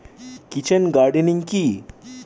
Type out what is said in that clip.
Kitchen gardening কি?